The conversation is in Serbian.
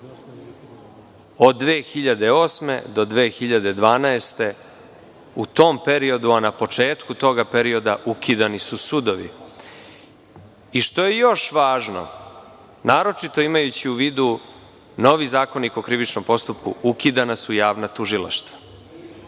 od 2008. do 2012. godine, na početku toga perioda ukidani su sudovi. Što je još važno, naročito imajući u vidu novi Zakonik o krivičnom postupku, ukidana su javna tužilaštva,